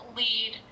lead